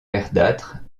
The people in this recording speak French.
verdâtre